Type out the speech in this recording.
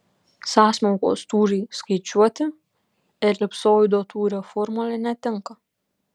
sąsmaukos tūriui skaičiuoti elipsoido tūrio formulė netinka